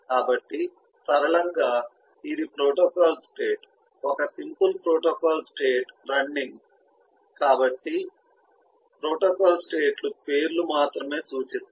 కాబట్టి సరళంగా ఇది ప్రోటోకాల్ స్టేట్ ఓక సింపుల్ ప్రోటోకాల్ స్టేట్ రన్నింగ్ కాబట్టి ప్రోటోకాల్ స్టేట్ లు పేర్లు మాత్రమే సూచిస్తాయి